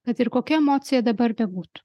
kad ir kokia emocija dabar bebūtų